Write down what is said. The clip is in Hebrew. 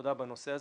עבודה בנושא הזה.